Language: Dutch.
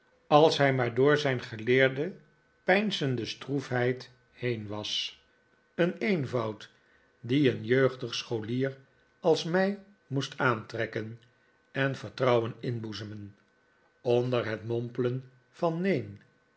als hij maar door zijn geleerde peinzende stroefheid heen was een eenvoud die een jeugdig scholier als mij moest aantrekken en vertrouwen inboezemen onder het mompelen van neen